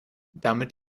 damit